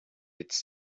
its